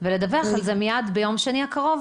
ולדווח על זה מיד ביום שני הקרוב,